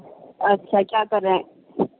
اچھا کیا کر رہے ہیں